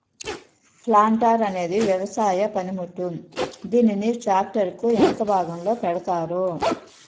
planter అనేది వ్యవసాయ పనిముట్టు, దీనిని ట్రాక్టర్ కు ఎనక భాగంలో పెడతారు